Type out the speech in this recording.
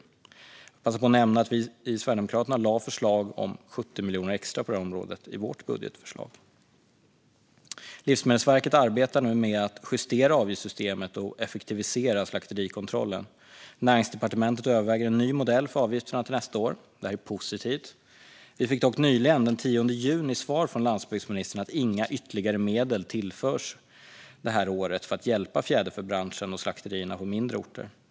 Jag vill passa på att nämna att vi i Sverigedemokraterna lade fram förslag om 70 miljoner extra på detta område i vårt budgetförslag. Livsmedelsverket arbetar nu med att justera avgiftssystemet och effektivisera slakterikontrollen. Näringsdepartementet överväger en ny modell för avgifterna till nästa år. Det är positivt. Vi fick dock nyligen, den 10 juni, svar från landsbygdsministern att inga ytterligare medel tillförs detta år för att hjälpa fjäderfäbranschen och slakterier på mindre orter.